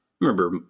Remember